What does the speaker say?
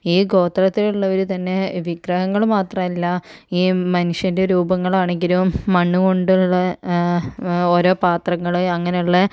ഈ ഗോത്രത്തിലുള്ളവര് തന്നെ വിഗ്രഹങ്ങള് മാത്രമല്ല ഈ മനുഷ്യൻ്റെ രൂപങ്ങളാണെങ്കിലും മണ്ണ് കൊണ്ടുള്ള ഓരോ പാത്രങ്ങള് അങ്ങനെയുള്ള